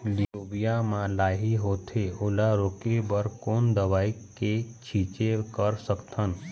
लोबिया मा लाही होथे ओला रोके बर कोन दवई के छीचें कर सकथन?